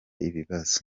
ibibazo